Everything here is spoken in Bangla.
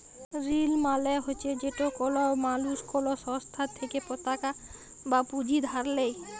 ঋল মালে হছে যেট কল মালুস কল সংস্থার থ্যাইকে পতাকা বা পুঁজি ধার লেই